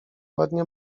ładnie